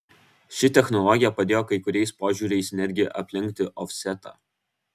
ši technologija padėjo kai kuriais požiūriais netgi aplenkti ofsetą